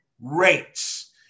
rates